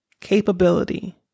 capability